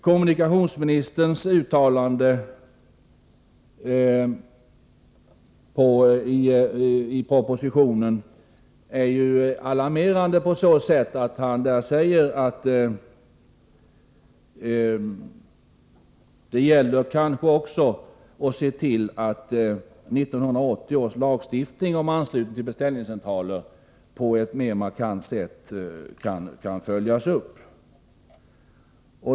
Kommunikationsministerns uttalande i propositionen är alarmerande. Han säger att det gäller att också se till att 1980 års lagstiftning om anslutning till beställningscentraler på ett mer markant sätt kan följas upp.